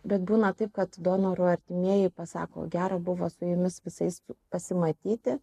bet būna taip kad donoro artimieji pasako gera buvo su jumis visais pasimatyti